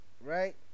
right